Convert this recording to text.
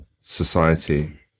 society